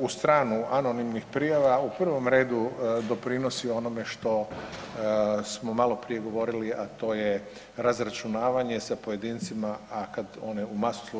u stranu anonimnih prijava u prvom redu doprinosi onome što smo maloprije govorili, a to je razračunavanje sa pojedincima, a kada one u masu slučajeva nisu osnovane.